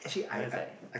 that one is like